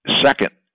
second